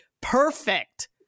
perfect